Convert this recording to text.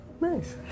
Nice